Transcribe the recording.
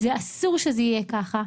אסור שזה יהיה ככה.